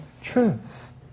truth